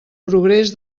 progrés